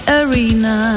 arena